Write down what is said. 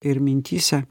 ir mintyse